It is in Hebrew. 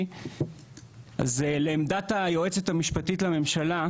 על זה עוד נדבר.